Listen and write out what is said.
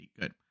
Good